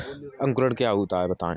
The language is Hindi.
अंकुरण क्या होता है बताएँ?